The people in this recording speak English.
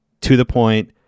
to-the-point